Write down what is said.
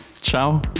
ciao